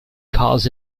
calls